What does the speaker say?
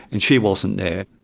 and she wasn't there.